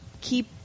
keep